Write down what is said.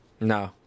No